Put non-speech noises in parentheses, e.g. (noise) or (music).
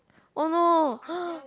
oh no (noise)